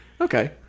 Okay